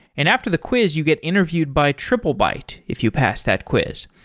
and after the quiz you get interviewed by triplebyte if you pass that quiz.